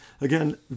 Again